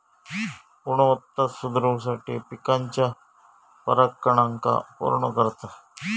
गुणवत्ता सुधरवुसाठी पिकाच्या परागकणांका पुर्ण करता